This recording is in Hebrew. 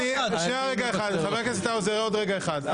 אתם רוצים לשאר פה עוד הרבה זמן, מה הלחץ?